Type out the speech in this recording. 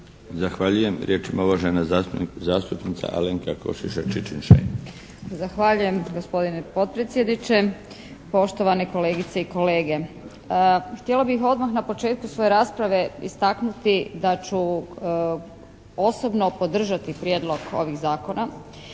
Zahvaljujem. Riječ ima uvažena zastupnica Alenka Košiša Čičin-Šain. **Košiša Čičin-Šain, Alenka (HNS)** Zahvaljujem gospodine potpredsjedniče. Poštovane kolegice i kolege. Htjela bih odmah na početku svoje rasprave istaknuti da ću osobno podržati prijedlog ovih zakona